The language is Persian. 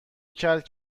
کرد